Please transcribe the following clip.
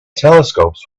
telescopes